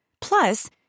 Plus